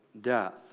death